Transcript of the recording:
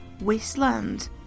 wasteland